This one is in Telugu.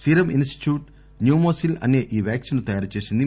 సీరం ఇనిస్టిట్యూట్ న్యూమోసిల్ అసే ఈ వ్యాక్సిన్ ను తయారు చేసింది